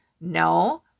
No